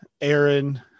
Aaron